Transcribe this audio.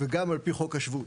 וגם על פי חוק השבות,